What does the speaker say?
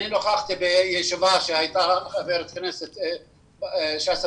אני השתתפתי בישיבה שקיימה חברת הכנסת שאשא